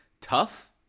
tough